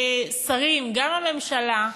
השרים, גם הממשלה,